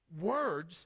words